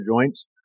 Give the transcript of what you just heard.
joints